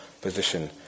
position